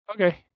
Okay